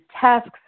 tasks